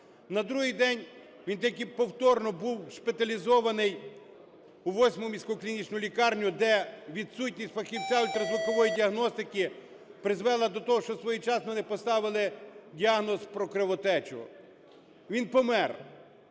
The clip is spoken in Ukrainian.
На другий день він тільки повторно був шпиталізований у 8-му міську клінічну лікарню, де відсутність фахівця ультразвукової діагностики призвела до того, що своєчасно не поставили діагноз про кровотечу. Він помер.